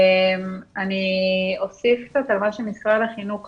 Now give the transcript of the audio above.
אני אוסיף קצת על מה שמשרד החינוך אמר.